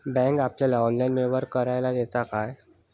Bank आपल्याला online व्यवहार करायला देता काय?